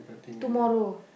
tomorrow